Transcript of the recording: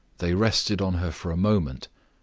they rested on her for a moment,